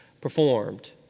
performed